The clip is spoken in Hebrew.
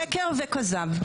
שקר וכזב.